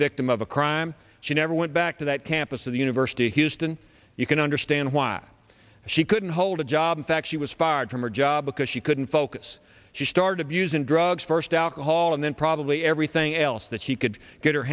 victim of a crime she never went back to that campus of the university of houston you can understand why she couldn't hold a job in fact she was fired from her job she couldn't focus she started abusing drugs first alcohol and then probably everything else that she could get her